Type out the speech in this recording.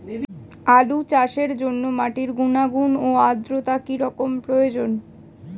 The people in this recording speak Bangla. আলু চাষের জন্য মাটির গুণাগুণ ও আদ্রতা কী রকম প্রয়োজন?